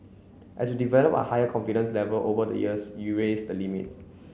as you develop a higher confidence level over the years you raise the limit